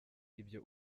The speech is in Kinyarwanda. ibyo